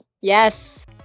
yes